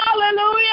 Hallelujah